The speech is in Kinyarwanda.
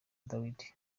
dawidi